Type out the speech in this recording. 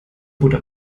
butter